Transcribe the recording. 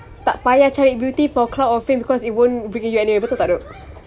tak payah cari beauty for clout or fame because it won't bring you any betul tak tu